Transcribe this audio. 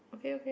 okay okay